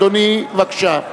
אדוני, בבקשה.